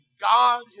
God